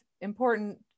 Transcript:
important